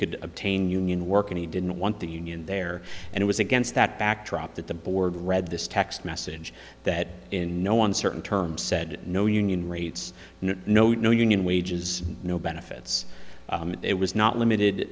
could obtain union work and he didn't want the union there and it was against that backdrop that the board read this text message that in no uncertain terms said no union rates no no union wages no benefits it was not limited